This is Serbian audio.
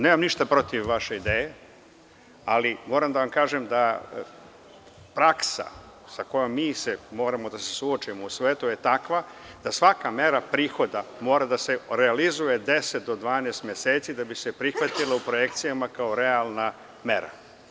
Nemam ništa protiv vaše ideje, ali moram da vam kažem da praksa sa kojom mi moramo da se suočimo u svetu je takva da svaka mera prihoda mora da se realizuje deset do dvanaest meseci da bi se prihvatila u projekcijama kao realna mera.